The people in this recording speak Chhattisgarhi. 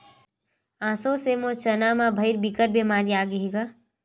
एसो से मोर चना म भइर बिकट बेमारी आगे हे गा